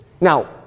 now